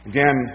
Again